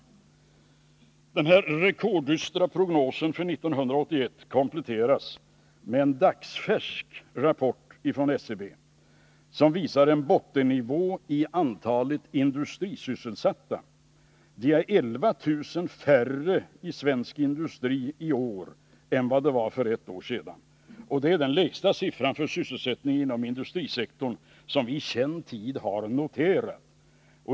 Den här rekorddystra prognosen för 1981 kompletteras med en dagsfärsk rapport från SCB, som visar en bottennivå när det gäller antalet industrisysselsatta. Det är 11 000 färre anställda i svensk industri i år än för ett år sedan. Det är den lägsta siffran för sysselsättningen inom industrisektorn som i känd tid har noterats.